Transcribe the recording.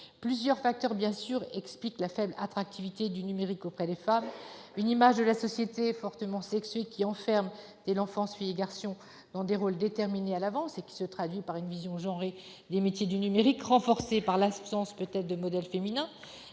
Plusieurs facteurs expliquent la faible attractivité du numérique auprès des femmes : d'une part, une image de la société fortement sexuée, qui enferme dès l'enfance filles et garçons dans des rôles déterminés à l'avance et qui se traduit par une vision « genrée » des métiers du numérique, renforcée par l'absence de modèle féminin